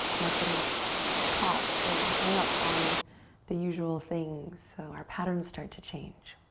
not getting caught or hung up on the usual things. so our patterns start to change.